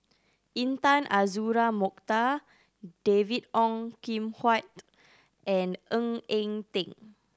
Intan Azura Mokhtar David Ong Kim Huat and Ng Eng Teng